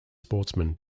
sportsmen